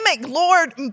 Lord